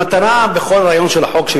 המטרה בכל הרעיון של החוק,